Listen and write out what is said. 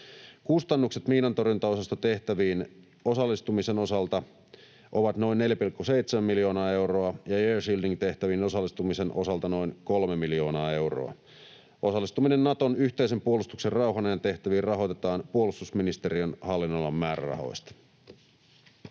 Kustannukset miinantorjuntaosastotehtäviin osallistumisen osalta ovat noin 4,7 miljoonaa euroa ja air shielding ‑tehtäviin osallistumisen osalta noin 3 miljoonaa euroa. Osallistuminen Naton yhteisen puolustuksen rauhanajan tehtäviin rahoitetaan puolustusministeriön hallinnonalan määrärahoista.